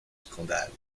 scandales